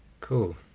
cool